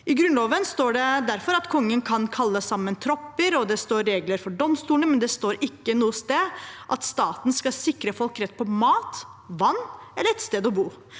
I Grunnloven står det derfor at Kongen kan kalle sammen tropper, og det står regler for domstolene, men det står ikke noe sted at staten skal sikre folk rett på mat, vann eller et sted å bo.